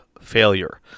failure